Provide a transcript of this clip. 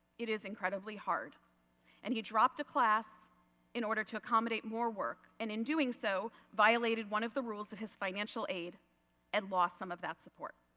it is incredibly hard and he dropped a class in order to accommodate more work and in doing so, violated one of the rules of his financial aid and lost some of that support.